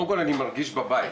קודם כל אני מרגיש בבית.